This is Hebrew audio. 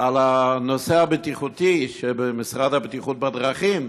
לנושא הבטיחותי שבמשרד לבטיחות בדרכים.